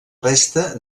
resta